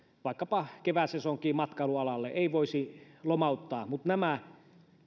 vaikkapa kevään sesonkiin matkailualalle ei voisi lomauttaa mutta nämä